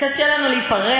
קשה לנו להיפרד.